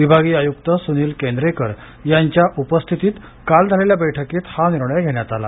विभागीय आयुक्त सुनील केंद्रेकर यांच्या उपस्थित काल झालेल्या बैठकीत हा निर्णय घेण्यात आला